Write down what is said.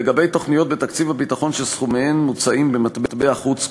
לגבי תוכניות בתקציב הביטחון שסכומיהן מוצעים במטבע חוץ,